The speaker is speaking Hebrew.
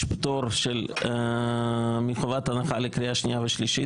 פטור מחובת הנחה לקריאה שנייה ושלישית,